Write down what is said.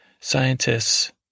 Scientists